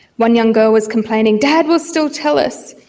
one young girl was complaining dad will still tell us,